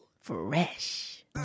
Fresh